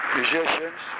musicians